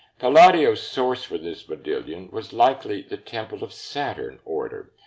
palladio's source for this modillion was likely the temple of saturn order,